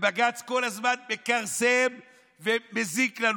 בג"ץ כל הזמן מכרסם ומזיק לנו.